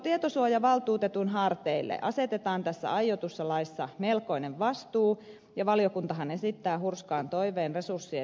tietosuojavaltuutetun harteille asetetaan tässä aiotussa laissa melkoinen vastuu ja valiokuntahan esittää hurskaan toiveen resurssien lisäämisestä